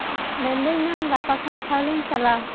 ᱢᱮᱱ ᱫᱟᱹᱧ ᱢᱮᱢ ᱜᱟᱯᱟ ᱠᱷᱚᱱ ᱛᱟᱦᱚᱞᱮᱧ ᱪᱟᱞᱟᱜᱼᱟ